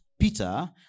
Peter